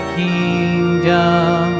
kingdom